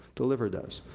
the liver does.